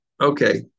Okay